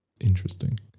interesting